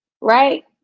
right